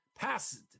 Pass